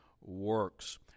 works